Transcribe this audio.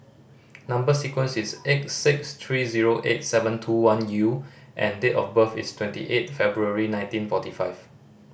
number sequence is X six three zero eight seven two one U and date of birth is twenty eight February nineteen forty five